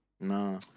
No